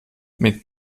mit